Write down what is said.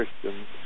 Christians